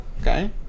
Okay